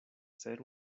ser